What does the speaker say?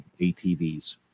ATVs